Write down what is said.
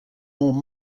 more